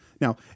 Now